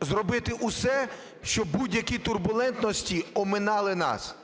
зробити усе, щоб будь-які турбулентності оминали нас.